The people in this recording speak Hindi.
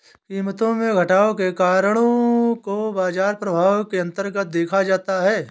कीमतों में घटाव के कारणों को बाजार प्रभाव के अन्तर्गत देखा जाता है